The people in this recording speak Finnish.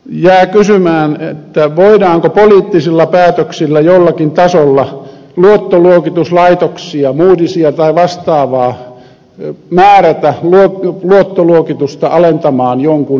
jää kysymään voidaanko poliittisilla päätöksillä jollakin tasolla luottoluokituslaitoksia moodysia tai vastaavaa määrätä luottoluokitusta alentamaan jonkun maan osalta